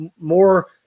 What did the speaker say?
more